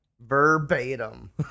Verbatim